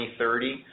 2030